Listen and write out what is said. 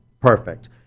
Perfect